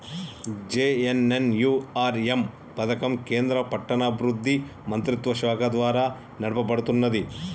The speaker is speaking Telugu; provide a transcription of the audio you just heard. జే.ఎన్.ఎన్.యు.ఆర్.ఎమ్ పథకం కేంద్ర పట్టణాభివృద్ధి మంత్రిత్వశాఖ ద్వారా నడపబడుతున్నది